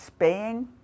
spaying